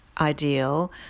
ideal